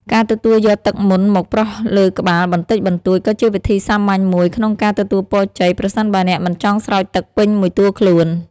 ការទទួលយកទឹកមន្តមកប្រោះលើក្បាលបន្តិចបន្តួច ក៏ជាវិធីសាមញ្ញមួយក្នុងការទទួលពរជ័យ ប្រសិនបើអ្នកមិនចង់ស្រោចទឹកពេញមួយតួខ្លួន។